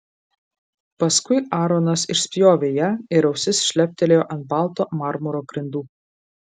paskui aaronas išspjovė ją ir ausis šleptelėjo ant balto marmuro grindų